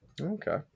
Okay